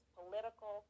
political